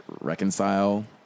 reconcile